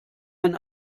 ein